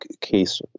case